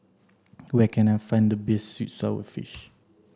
where can I find the best sweet sour fish